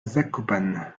zakopane